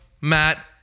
Matt